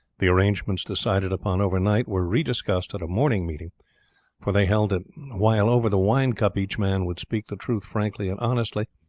the arrangements decided upon overnight were rediscussed at a morning meeting for they held that while over the wine-cup each man would speak the truth frankly and honestly,